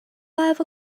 five